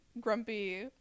grumpy